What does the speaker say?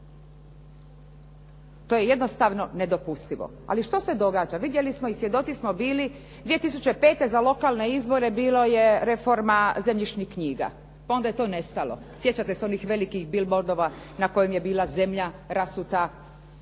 To je jednostavno nedopustivo. Ali što se događa? Vidjeli smo i svjedoci smo bili 2005. za lokalne izbore bilo je reforma zemljišnih knjiga pa onda je to nestalo. Sjećate se onih velikih bilbordova na kojem je bila zemlja rasuta.